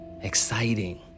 exciting